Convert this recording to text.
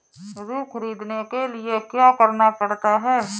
ऋण ख़रीदने के लिए क्या करना पड़ता है?